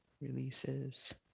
releases